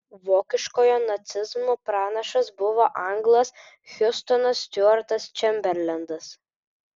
vokiškojo nacizmo pranašas buvo anglas hiustonas stiuartas čemberlenas